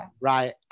Right